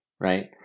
right